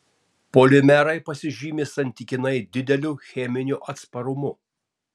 polimerai pasižymi santykinai dideliu cheminiu atsparumu